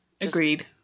agreed